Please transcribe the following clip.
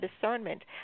discernment